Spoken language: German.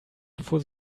bevor